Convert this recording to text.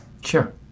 Sure